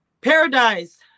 paradise